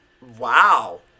Wow